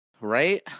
right